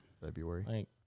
February